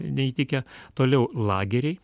neįtikę toliau lageriai